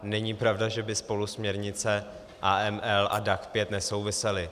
Není pravda, že by spolu směrnice AML a DAC 5 nesouvisely.